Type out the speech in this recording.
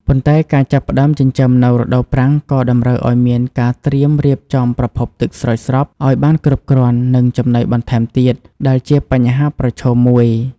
ប៉ុន្តែការចាប់ផ្តើមចិញ្ចឹមនៅរដូវប្រាំងក៏តម្រូវឲ្យមានការត្រៀមរៀបចំប្រភពទឹកស្រោចស្រពឲ្យបានគ្រប់គ្រាន់ និងចំណីបន្ថែមទៀត ដែលជាបញ្ហាប្រឈមមួយ។